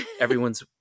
everyone's